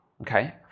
okay